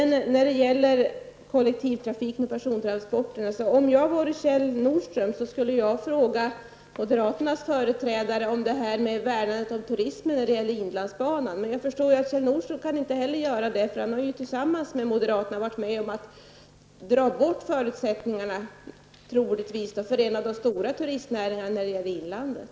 När det gäller kollektivtrafiken och persontransporter skulle jag om jag vore Kjell Men Kjell Nordström kan inte ställa några frågor, eftersom han tillsammans med moderaterna har varit med om att ta bort förutsättningarna för troligtvis en av de stora turistnäringarna när det gäller inlandet.